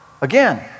again